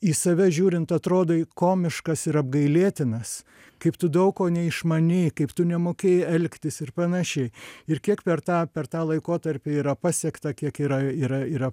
į save žiūrint atrodai komiškas ir apgailėtinas kaip tu daug ko neišmanei kaip tu nemokėjai elgtis ir panašiai ir kiek per tą per tą laikotarpį yra pasiekta kiek yra yra yra